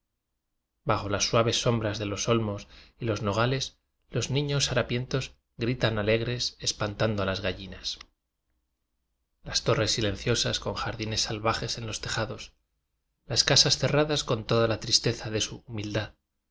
bajo las suaves sombras de los olmos y los noga les los niños harapientos grifan alegres espantando a las gallinas las forres silenciosas con jardines salvajes en los teja dos las casas cerradas con toda la tristeza de su humildad